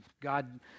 God